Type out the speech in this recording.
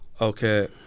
Okay